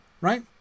Right